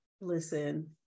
Listen